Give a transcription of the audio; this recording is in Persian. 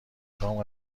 کام